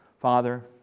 Father